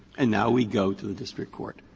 and now we go to the district court.